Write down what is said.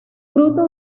fruto